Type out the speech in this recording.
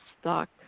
stuck